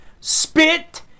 spit